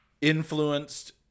influenced